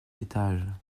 étage